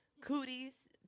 cooties